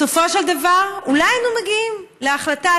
בסופו של דבר אולי היינו מגיעים להחלטה.